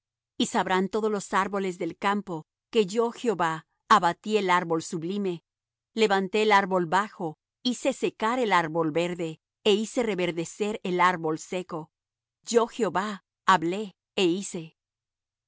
y sabrán todos los árboles del campo que yo jehová abatí el árbol sublime levanté el árbol bajo hice secar el árbol verde é hice reverdecer el árbol seco yo jehová hablé é hice